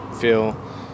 feel